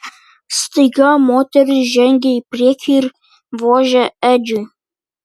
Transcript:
staiga moteris žengė į priekį ir vožė edžiui